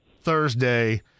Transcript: Thursday